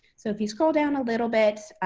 so if you scroll down a little bit,